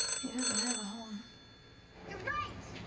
he doesn't have a home. you're right!